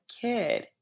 kid